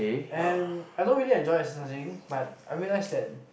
and I don't really enjoy exercising but I realise that